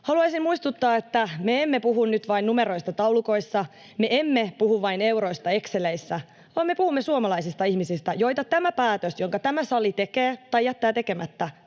haluaisin muistuttaa, että me emme puhu nyt vain numeroista taulukoissa, me emme puhu vain euroista exceleissä, vaan me puhumme suomalaisista ihmisistä, joihin tämä päätös, jonka tämä sali tekee tai jättää tekemättä,